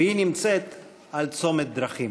והיא נמצאת בצומת דרכים.